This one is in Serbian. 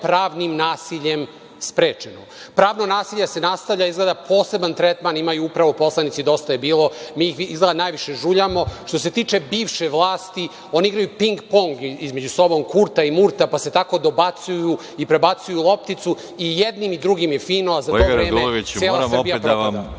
pravnim nasiljem sprečeno. Pravno nasilje se nastavlja, izgleda poseban tretman imaju upravo poslanici Dosta je bilo, mi ih izgleda najviše žuljamo. Što se tiče bivše vlasti, oni igraju ping-pong između sobom, Kurta i Murta, pa se tako dobacuju i prebacuju lopticu, i jednim i drugim je fino, a za to vreme